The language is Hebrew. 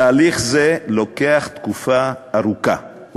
תהליך זה לוקח תקופה ארוכה,